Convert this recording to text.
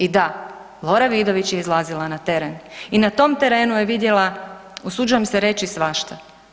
I da, Lora Vidović je izlazila na teren i na tom terenu je vidjela, usuđujem se reći, svašta.